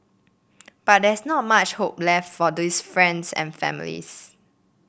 but there's not much hope left for these friends and families